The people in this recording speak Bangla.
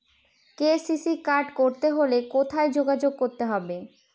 কে.সি.সি কার্ড করতে হলে কোথায় যোগাযোগ করতে হবে?